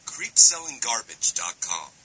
CreepSellingGarbage.com